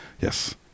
Yes